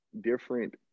different